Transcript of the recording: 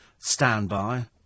standby